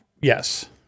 yes